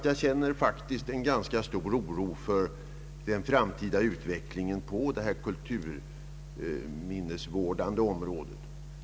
Jag känner faktiskt en ganska stor oro för den framtida utvecklingen på kulturminnesvårdens område.